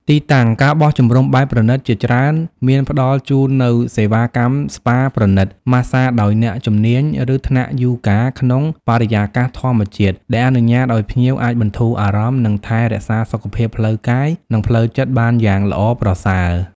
ទីតាំង ការបោះជំរំបែបប្រណីត ជាច្រើនមានផ្តល់ជូននូវសេវាកម្មស្ប៉ាប្រណីត ម៉ាស្សាដោយអ្នកជំនាញ ឬថ្នាក់យូហ្គាក្នុងបរិយាកាសធម្មជាតិ ដែលអនុញ្ញាតឲ្យភ្ញៀវអាចបន្ធូរអារម្មណ៍ និងថែរក្សាសុខភាពផ្លូវកាយ និងផ្លូវចិត្តបានយ៉ាងល្អប្រសើរ។